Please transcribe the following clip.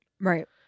Right